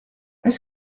est